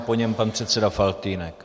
Po něm pan předseda Faltýnek.